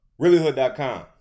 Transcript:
reallyhood.com